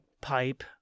pipe